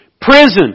Prison